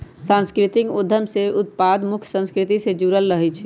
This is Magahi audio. सांस्कृतिक उद्यम के उत्पाद मुख्य संस्कृति से जुड़ल रहइ छै